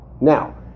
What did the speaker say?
Now